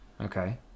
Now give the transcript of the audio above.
Okay